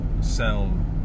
sell